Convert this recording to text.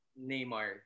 Neymar